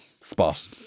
spot